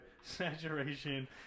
saturation